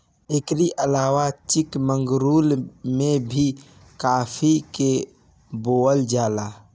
एकरी अलावा चिकमंगलूर में भी काफी के बोअल जाला